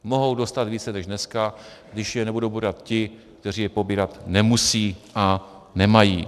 Mohou dostat více než dneska, když je nebudou pobírat ti, kteří je pobírat nemusí a nemají.